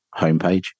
homepage